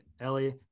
Ellie